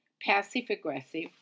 passive-aggressive